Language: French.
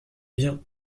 bien